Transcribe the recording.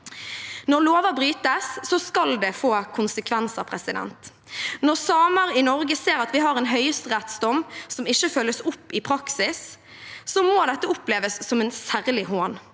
Når lover brytes, skal det få konsekvenser. Når samer i Norge ser at vi har en høyesterettsdom som ikke følges opp i praksis, må det oppleves som en særlig hån.